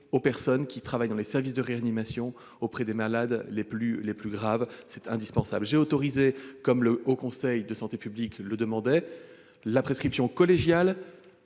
les personnes travaillant dans les services de réanimation auprès des malades les plus graves. C'est indispensable ! J'ai autorisé, comme le Haut Conseil de la santé publique le demandait, la prescription collégiale,